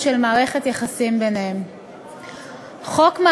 שהחוקרים מתייחסים אליהם כלאויבים,